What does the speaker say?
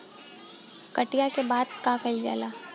कटिया के बाद का कइल जाला?